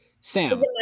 Sam